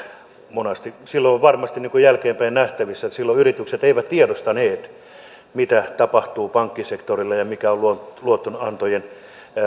monasti ottivat on varmasti jälkeenpäin nähtävissä että silloin yritykset eivät tiedostaneet mitä tapahtuu pankkisektorilla ja mikä on luotonantojen